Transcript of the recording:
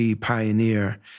pioneer